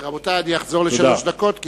רבותי, אני אחזור לשלוש דקות.